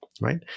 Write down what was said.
right